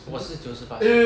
我是九十巴先